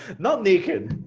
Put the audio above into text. not naked,